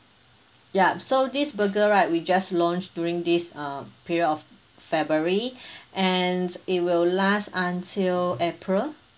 ya so this burger right we just launched during this uh period of february and it will last until april